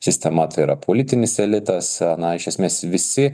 sistema tai yra politinis elitas na iš esmės visi